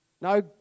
No